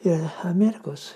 ir amerikos